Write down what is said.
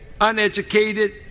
uneducated